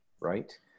right